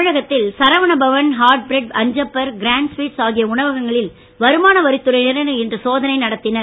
தமிழகத்தில் Saravana Bhavan hot bread Anjappar grand sweets ஆகிய உணவகங்களில் இன்று வருமான வரித் துறையினர் இன்று சோதனை நடத்தினர்